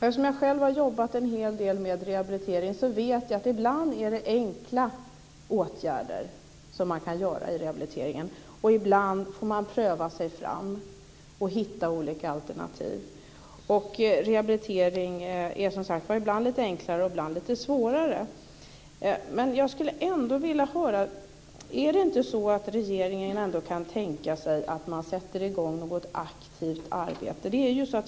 Eftersom jag själv har jobbat en hel del med rehabilitering vet jag att det ibland är fråga om enkla åtgärder och ibland får man pröva sig fram och hitta olika alternativ. Rehabilitering är ibland lite enklare, ibland lite svårare. Kan inte regeringen tänka sig att sätta i gång något aktivt arbete?